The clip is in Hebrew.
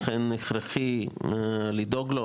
לכן, הכרחי לדאוג לו.